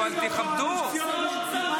מה קורה לכם?